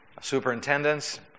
superintendents